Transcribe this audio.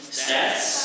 stats